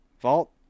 Vault